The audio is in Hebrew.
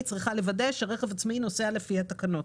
צריכה לוודא שרכב עצמאי נוסע לפי התקנות